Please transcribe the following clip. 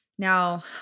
Now